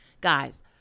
guys